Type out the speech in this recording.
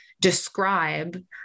describe